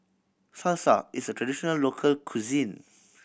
salsa is a traditional local cuisine